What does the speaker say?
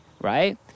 right